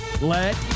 Let